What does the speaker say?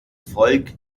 volk